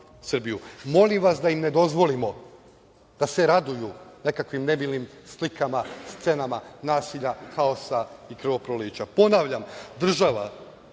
vas da im ne dozvolimo da se raduju nekakvim nemilim slikama, scenama nasilja, haosa i krvoprolića. Ponavljam, država